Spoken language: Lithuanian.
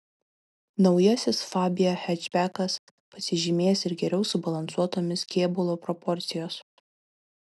naujasis fabia hečbekas pasižymės ir geriau subalansuotomis kėbulo proporcijos